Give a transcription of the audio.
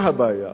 אתה הבעיה.